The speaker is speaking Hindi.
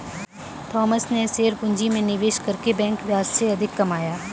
थॉमस ने शेयर पूंजी में निवेश करके बैंक ब्याज से अधिक कमाया